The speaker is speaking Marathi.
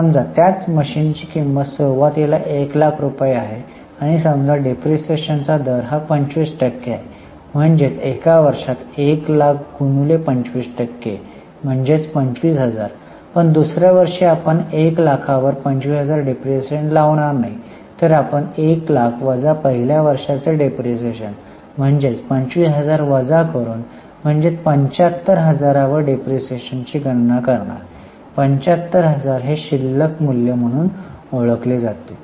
समजा त्याच मशीनची किंमत सुरुवातीला 1लाख रुपये आहे आणि समजा डिप्रीशीएशनचा दर 25 आहे म्हणजेच एका वर्षात 1लाख गुणिले 25 टक्के म्हणजे 25000 पण दुसऱ्या वर्षी आपण 100000 वर 25000 डिप्रीशीएशन लावणार नाही तर आपण 100000 वजा पहिल्या वर्षाचा डिप्रीशीएशन म्हणजे 25000 वजा करून म्हणजेच 75000 वर डिप्रीशीएशन ची गणना करणार 75000 हे शिल्लक मूल्य म्हणून ओळखली जाईल